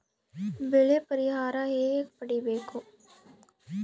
ಬೆಳೆ ಪರಿಹಾರ ಹೇಗೆ ಪಡಿಬೇಕು?